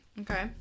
okay